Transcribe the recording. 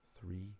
three